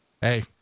Hey